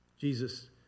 Jesus